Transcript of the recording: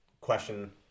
question